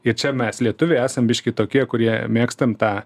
ir čia mes lietuviai esam biškį tokie kurie mėgstam tą